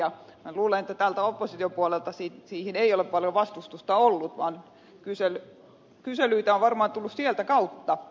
minä luulen että täältä oppositiopuolelta siihen ei ole paljon vastustusta ollut vaan kyselyitä on varmaan tullut sieltä kautta